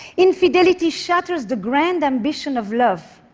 infidelity shatters the grand ambition of love.